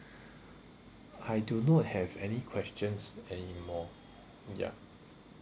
I do not have any questions anymore ya